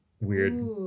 weird